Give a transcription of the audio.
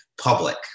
public